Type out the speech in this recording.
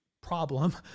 problem